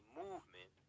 movement